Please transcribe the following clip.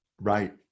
Right